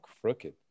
crooked